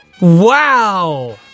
Wow